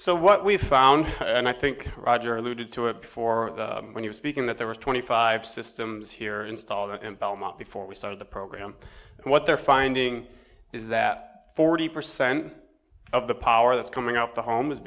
so what we've found and i think roger alluded to it before when you were speaking that there were twenty five systems here installed in belmont before we started the program and what they're finding is that forty percent of the power that's coming out the home is